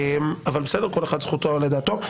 אבל בסדר, כל אחד זכותו לדעתו.